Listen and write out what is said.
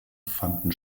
fanden